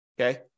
okay